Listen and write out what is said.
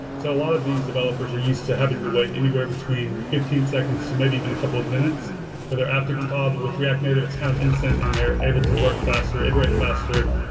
so a lot of these developers are used to having to wait anywhere between fifteen seconds to maybe even a couple of minutes for their app to compile, but with react native it's kind of instant and they're able to work faster, iterate faster,